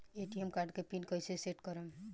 ATM card के pin कैसे set करम?